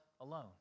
alone